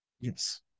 Yes